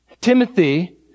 Timothy